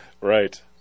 Right